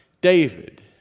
David